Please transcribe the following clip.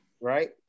right